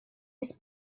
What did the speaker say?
jest